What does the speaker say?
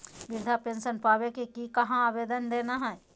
वृद्धा पेंसन पावे के लिए कहा आवेदन देना है?